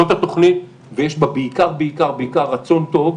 זאת התוכנית, ויש בה בעיקר בעיקר בעיקר רצון טוב,